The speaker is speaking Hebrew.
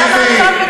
למה עכשיו נזכרתם?